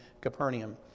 Capernaum